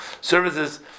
services